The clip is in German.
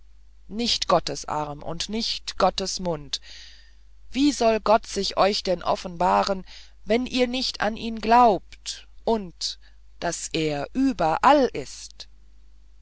nicht gottes arm und nicht gottes mund wie soll gott sich euch denn offenbaren wenn ihr nicht an ihn glaubt und daß er überall ist